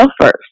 first